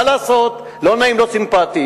מה לעשות, לא נעים, לא סימפתי,